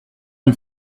que